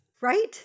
Right